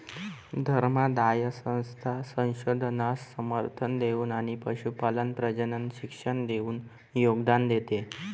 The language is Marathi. धर्मादाय संस्था संशोधनास समर्थन देऊन आणि पशुपालन प्रजनन शिक्षण देऊन योगदान देते